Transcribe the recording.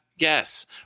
Yes